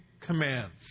commands